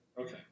Okay